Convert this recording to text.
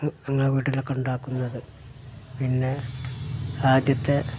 ഞങ്ങളുടെ വീട്ടിലൊക്കെ ഉണ്ടാക്കുന്നത് പിന്നെ ആദ്യത്തെ